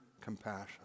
compassion